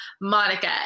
Monica